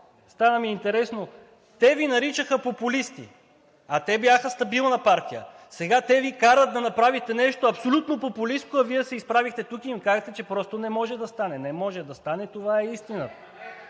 стана ми интересно – те Ви наричаха популисти, а те бяха стабилна партия. Сега те Ви карат да направите нещо абсолютно популистко, а Вие се изправихте тук и им казахте, че просто не може да стане. Не може да стане и това е истина.